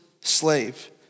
slave